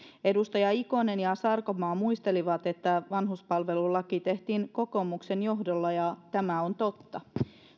edustajat ikonen ja sarkomaa muistelivat että vanhuspalvelulaki tehtiin kokoomuksen johdolla ja tämä on totta